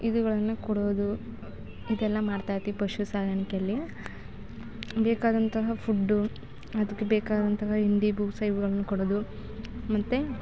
ಇದುಗಳನ್ನು ಕೊಡೋದು ಇದೆಲ್ಲ ಮಾಡ್ತಾಯಿರ್ತೀವಿ ಪಶು ಸಾಕಾಣಿಕೆಯಲ್ಲಿ ಬೇಕಾದಂತಹ ಫುಡ್ಡೂ ಅದ್ಕೆ ಬೇಕಾದಂತಹ ಇಂಡೀಬೂಸಗಳನ್ನು ಕೊಡೋದು ಮತ್ತೆ